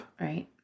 Right